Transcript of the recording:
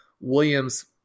Williams